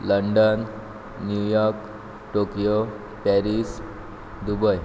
London New York Tokyo Paris Dubai